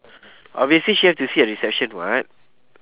obviously she have to sit at the reception [what]